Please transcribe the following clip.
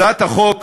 הצעת החוק,